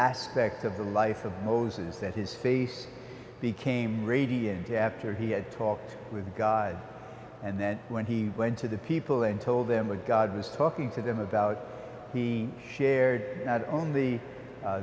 aspect of the life of moses that his face became radiant after he had talked with god and then when he went to the people and told them what god was talking to them about he shared only